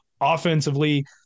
offensively